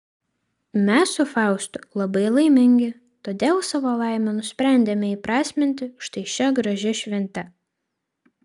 mes su faustu labai laimingi todėl savo laimę nusprendėme įprasminti štai šia gražia švente